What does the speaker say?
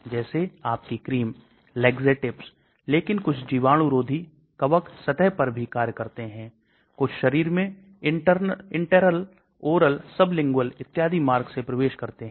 इसलिए lipophilicity दवा की सबसे महत्वपूर्ण भौतिक गुण है जो अवशोषण वितरण प्रभावशीलता उत्सर्जन इत्यादि के संबंध में है